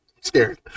Scared